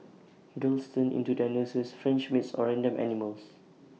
girls turn into their nurses French maids or random animals